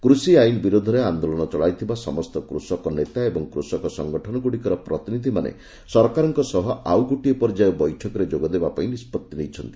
କୃଷି ଆଇନ ବିରୋଧରେ ଆନ୍ଦୋଳନ ଚଳାଇଥିବା ସମସ୍ତ କୃଷକ ନେତା ଓ କୃଷକ ସଙ୍ଗଠନଗୁଡ଼ିକର ପ୍ରତିନିଧିମାନେ ସରକାରଙ୍କ ସହ ଆଉ ଗୋଟିଏ ପର୍ଯ୍ୟାୟ ବୈଠକରେ ଯୋଗଦେବାପାଇଁ ନିଷ୍କଭି ନେଇଛନ୍ତି